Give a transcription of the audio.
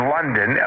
London